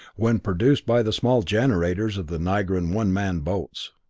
when produced by the small generators of the nigran one-man boats.